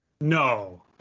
No